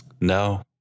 no